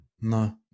no